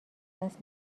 دست